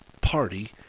party